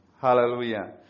Hallelujah